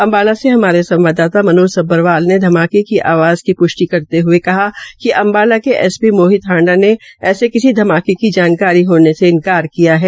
अम्बाला से हमारे संवाददाता सब्रभाल ने धमाके की आवाज़ की प्ष्टि करते हये कहा क अम्बाला के एस श्री मोहित हांडा ने ऐसे किसी धमाके की जानकारी से इन्कार किया है